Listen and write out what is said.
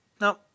No